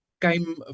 Came